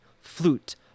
flute